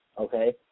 Okay